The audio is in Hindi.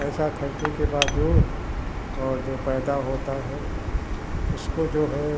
पैसा खर्चे के बावजूद और जो पैदा होता है उसको जो है